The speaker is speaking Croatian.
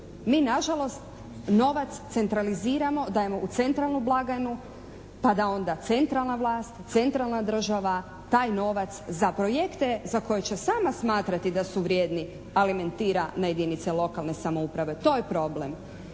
Mi na žalost novac centraliziramo. Dajemo u centralnu blagajnu, pa da onda centralna vlast, centralna država taj novac za projekte za koje će sama smatrati da su vrijedni alimentira na jedinice lokalne samouprave. To je problem.